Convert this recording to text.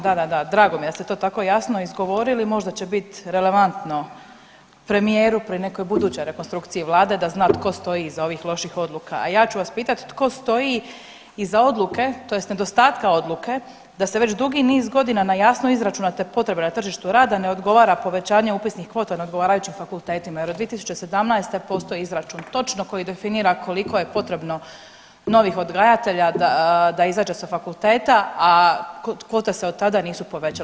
Da, da, da, drago mi je da ste to tako jasno izgovorili, možda će bit relevantno premijeru pri nekoj budućnoj rekonstrukciji Vlade da zna tko stoji iza ovih loših odluka, a ja ću vas pitati tko stoji iza odluke, tj. nedostatka odluke eda se već dugi niz godina na jasno izračunate potrebe na tržištu rada ne odgovara povećanjem upisnih kvota na odgovarajućim fakultetima jer od 2017. postoji izračun točno koji definira koliko je potrebno novih odgajatelja da izađe sa fakulteta, a kvote se od tada nisu povećale.